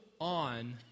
on